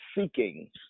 seeking